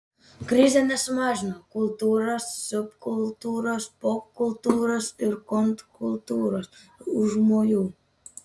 krizė nesumažino kultūros subkultūros popkultūros ir kontrkultūros užmojų